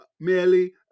merely